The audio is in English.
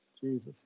Jesus